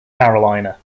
carolina